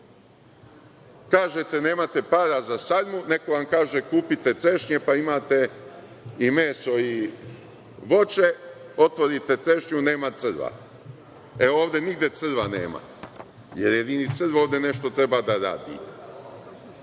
Kažete nemate para za sarmu, neko vam kaže kupite trešnje, pa imate i meso i voće. Otvorite trešnju, nema crva. E, ovde nigde crva nema, jer jedini crv ovde nešto treba da radi.